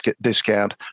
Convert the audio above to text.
discount